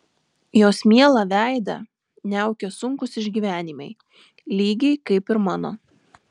jos mielą veidą niaukia sunkūs išgyvenimai lygiai kaip ir mano